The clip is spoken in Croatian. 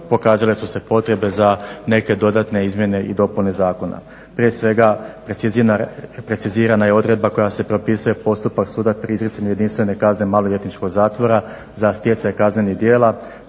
pokazale su se potrebe za neke dodatne izmjene i dopune zakona. Prije svega precizirana je odredba koja se propisuje postupak suda pri izricanju jedinstvene kazne maloljetničkog zatvora za stjecaj kaznenih djela